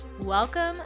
Welcome